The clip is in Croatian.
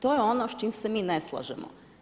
To je ono s čim se mi ne slažemo.